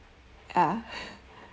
ah